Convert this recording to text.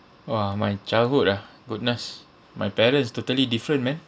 !wah! my childhood ah goodness my parents totally different man